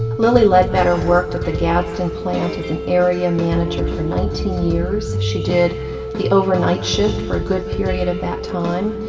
lilly ledbetter worked at the gadsden plant as an area manager for nineteen years. she did the overnight shift for a good period of that time.